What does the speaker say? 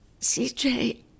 CJ